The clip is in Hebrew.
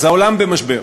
אז העולם במשבר,